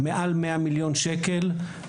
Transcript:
בבקשה,